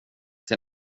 till